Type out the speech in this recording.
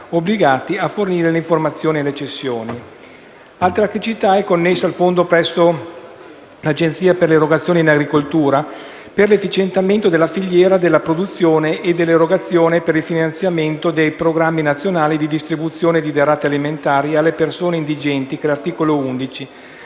obbligati a fornire le informazioni delle cessioni. Un'altra criticità è connessa al fondo presso l'Agenzia per le erogazioni in agricoltura (AGEA) per l'efficientamento della filiera della produzione e dell'erogazione per il finanziamento dei programmi nazionali di distribuzione di derrate alimentari alle persone indigenti (articolo 11).